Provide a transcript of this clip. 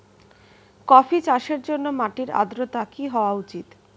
Coffee চাষের জন্য মাটির আর্দ্রতা কি হওয়া উচিৎ?